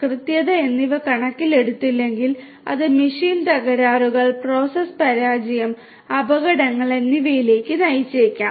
കൃത്യത എന്നിവ കണക്കിലെടുത്തില്ലെങ്കിൽ അത് മെഷീൻ തകരാറുകൾ പ്രോസസ്സ് പരാജയം അപകടങ്ങൾ എന്നിവയിലേക്ക് നയിച്ചേക്കാം